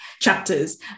chapters